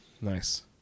Nice